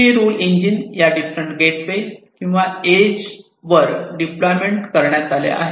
ही rule engine या different gateway किंवा edge वर डिप्लॉयमेंट करण्यात आले आहेत